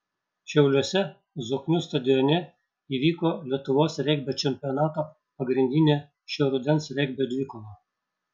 šiauliuose zoknių stadione įvyko lietuvos regbio čempionato pagrindinė šio rudens regbio dvikova